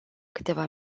câteva